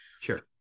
Sure